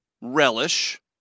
relish